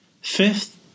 Fifth